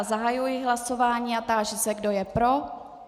Zahajuji hlasování a táži se, kdo je pro.